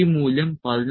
ഈ മൂല്യം 11